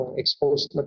exposed